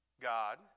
God